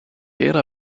era